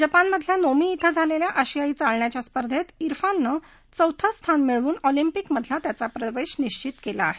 जपानमधल्या नोमी इथं झालेल्या आशियाई चालण्याच्या स्पर्धेत इरफाननं चौथं स्थान मिळवून ऑलिम्पिकमधला त्याचा प्रवेश निश्वित केला आहे